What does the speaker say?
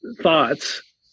thoughts